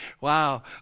Wow